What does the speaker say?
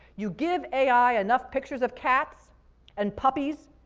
you give ai enough pictures of catecholamines and puppies,